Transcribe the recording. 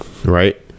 right